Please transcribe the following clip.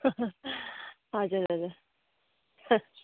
हजुर हजुर